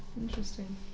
Interesting